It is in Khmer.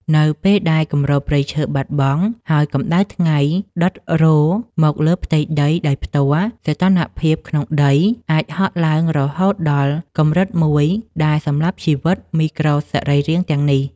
នៅពេលដែលគម្របព្រៃឈើបាត់បង់ ហើយកម្ដៅថ្ងៃដុតរោលមកលើផ្ទៃដីដោយផ្ទាល់ សីតុណ្ហភាពក្នុងដីអាចហក់ឡើងរហូតដល់កម្រិតមួយដែលសម្លាប់ជីវិតមីក្រូសរីរាង្គទាំងនេះ។